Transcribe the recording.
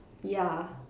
yeah